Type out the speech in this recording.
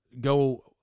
go